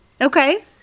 Okay